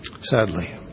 Sadly